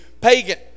pagan